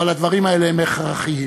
אבל הדברים האלה הם הכרחיים.